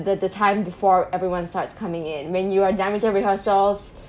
the the time before everyone starts coming in when you are done with the rehearsals